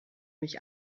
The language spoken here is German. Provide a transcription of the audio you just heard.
mich